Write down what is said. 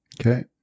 Okay